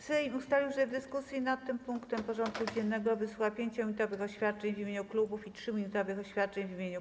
Sejm ustalił, że w dyskusji nad tym punktem porządku dziennego wysłucha 5-minutowych oświadczeń w imieniu klubów i 3-minutowych oświadczeń w imieniu kół.